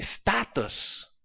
status